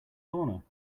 corner